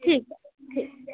ठीक ऐ ठीक